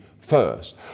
first